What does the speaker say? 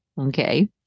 Okay